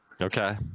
Okay